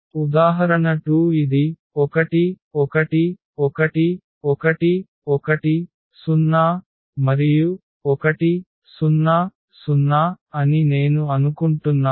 ఉదాహరణ 2 ఇది 1 1 1 1 1 0 1 0 0 అని నేను అనుకుంటున్నాను